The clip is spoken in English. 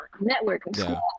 networking